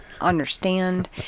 understand